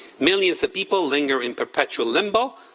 millions of people linger in perpetual limbo,